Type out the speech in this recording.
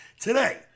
today